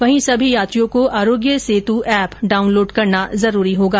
वहीं सभी यात्रियों को आरोग्य सेतु एप डाउनलोड करना जरूरी होगा